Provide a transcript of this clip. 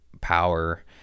power